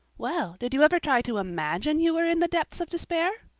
well, did you ever try to imagine you were in the depths of despair?